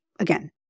Again